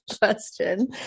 question